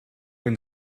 een